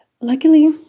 Luckily